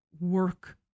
work